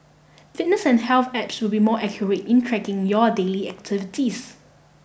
fitness and health apps will be more accurate in tracking your daily activities